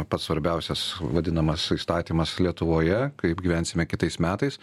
pats svarbiausias vadinamas įstatymas lietuvoje kaip gyvensime kitais metais